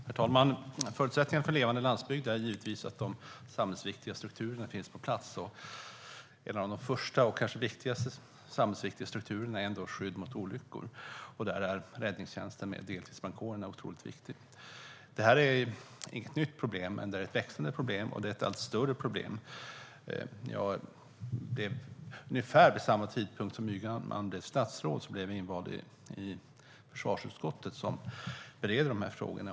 Herr talman! Förutsättningen för en levande landsbygd är givetvis att de samhällsviktiga strukturerna finns på plats. En av de första och kanske viktigaste samhällsviktiga strukturerna är skydd mot olyckor. Där är räddningstjänsten med deltidsbrandkåren otroligt viktig. Det här är inget nytt problem, men det är ett växande problem. Det är ett allt större problem. Ungefär vid samma tidpunkt som Ygeman blev statsråd blev jag invald i försvarsutskottet, som bereder de här frågorna.